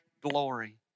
glory